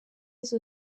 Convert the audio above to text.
izo